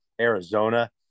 Arizona